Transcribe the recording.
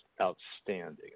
outstanding